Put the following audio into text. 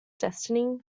destiny